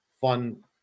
fun